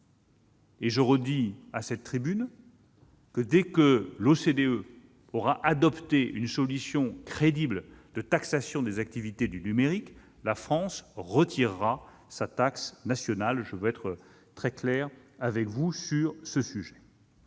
Je redis à cette tribune que, dès que l'OCDE aura adopté une solution crédible de taxation des activités du numérique, la France retirera sa taxe nationale. Je veux être très clair avec vous sur ce point.